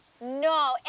No